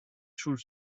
sul